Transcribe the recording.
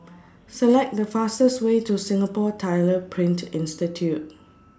Select The fastest Way to Singapore Tyler Print Institute